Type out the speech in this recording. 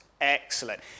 Excellent